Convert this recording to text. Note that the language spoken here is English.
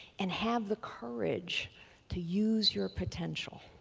and have the courage to use your potential.